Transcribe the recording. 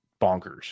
bonkers